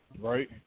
right